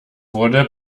wurde